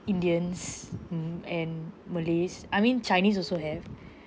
indians hmm and malays I mean chinese also have